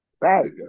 Right